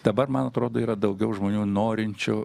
dabar man atrodo yra daugiau žmonių norinčių